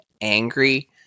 angry